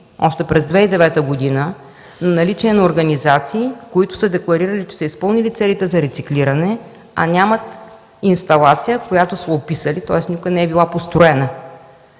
ние хванахме случаи на наличие на организации, които са декларирали, че са изпълнили целите за рециклиране, а нямат инсталация, която са описали, тоест никога не е била построена.